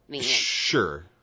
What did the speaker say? Sure